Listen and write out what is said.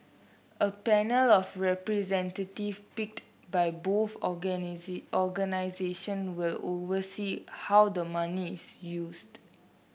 a panel of representatives picked by both organisation will oversee how the money is used